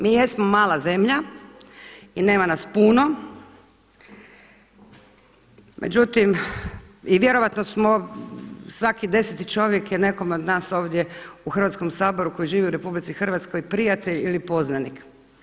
Mi jesmo mala zemlja i nema nas puno, međutim i vjerojatno smo svaki deseti čovjek je nekome od nas ovdje u Hrvatskom saboru koji živi u RH prijatelj ili poznanik.